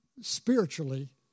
spiritually